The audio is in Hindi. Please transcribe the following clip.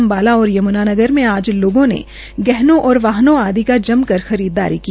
अम्बाला और यम्नानगर में आज लोगों ने गहनों वाहनों आदि की जमकर खरीददारी की